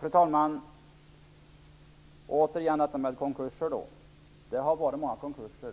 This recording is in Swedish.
Fru talman! Det har varit många konkurser.